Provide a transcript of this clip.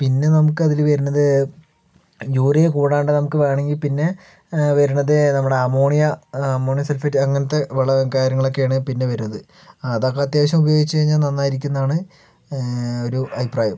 പിന്നെ നമുക്കതില് വരണത് യൂറിയ കൂടാണ്ട് നമുക്ക് വേണങ്കി പിന്നെ വരണത് നമ്മുടെ അമോണിയ അമോണിയ സൾഫേറ്റ് അങ്ങനത്തെ വളവും കാര്യങ്ങളൊക്കെയാണ് പിന്നെ വരുന്നത് അതൊക്കെ അത്യാവശ്യം ഉപയോഗിച്ച് കഴിഞ്ഞാൽ നന്നായിരിക്കുമെന്നാണ് ഒരു അഭിപ്രായം